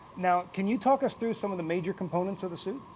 now, can you talk us through some of the major components of the suit?